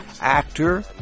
actor